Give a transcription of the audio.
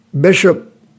Bishop